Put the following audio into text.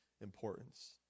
importance